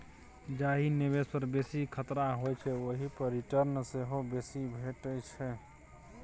जाहि निबेश पर बेसी खतरा होइ छै ओहि पर रिटर्न सेहो बेसी भेटै छै